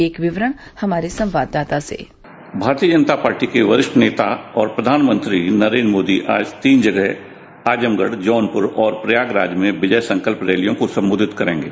एक विवरण हमारे संवाददाता सेः भारतीय जनता पार्टी के वरिष्ठ नेता प्रधानमंत्री नरेन्द्र आज तीन जगह आजमगढ़ जौनपुर और प्रयागराज में विजय संकल्प रैली को सम्बोधित करेंगे